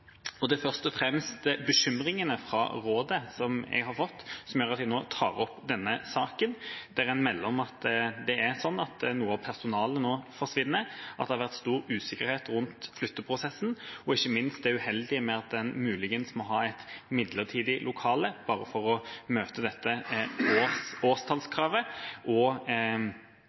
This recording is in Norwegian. Det er først og fremst bekymringene fra rådet som jeg har fått, som gjør at jeg nå tar opp denne saken, der en melder om at noe av personalet nå forsvinner, og at det har vært stor usikkerhet rundt flytteprosessen. Ikke minst er det uheldig at en muligens må ha et midlertidig lokale bare for å møte dette årstallskravet og derfor får en dobbel flytting i stedet for eventuelt å gi seg litt mer tid og